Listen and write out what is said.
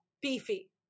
beefy